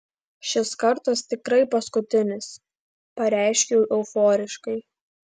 šis kartas tikrai paskutinis pareiškiau euforiškai